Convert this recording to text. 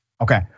Okay